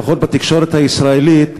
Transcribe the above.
לפחות בתקשורת הישראלית,